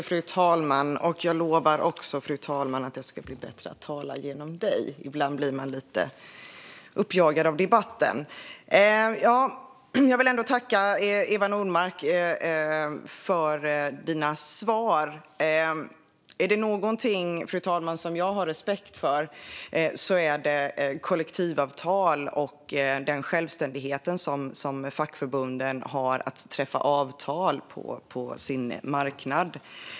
Frau talman! Jag lovar, fru talman, att jag ska bli bättre på att tala genom dig. Ibland blir man lite uppjagad av debatten. Jag vill tacka Eva Nordmark för svaren. Är det något jag har respekt för, fru talman, är det kollektivavtal och den självständighet som fackförbunden har att träffa avtal på sin marknad.